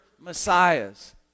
Messiahs